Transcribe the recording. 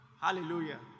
Hallelujah